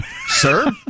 Sir